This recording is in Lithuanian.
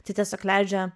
tai tiesiog leidžia